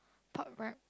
pop what